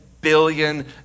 billion